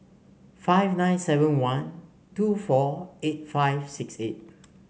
five nine seven one two four eight five six eight